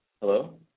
Hello